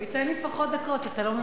הוא ייתן לי פחות דקות, אתה לא מבין?